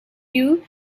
you